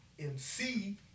MC